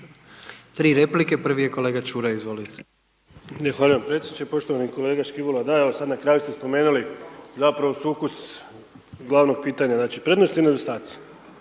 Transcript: Tri replike, prvi je kolega Ćuraj. Izvolite.